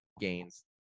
gains